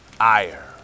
ire